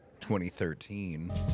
2013